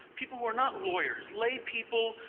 people who are not lawyers, laypeople,